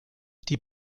die